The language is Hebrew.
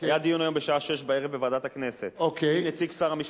היה דיון היום בשעה 18:00 בוועדת הכנסת עם נציג משרד המשפטים.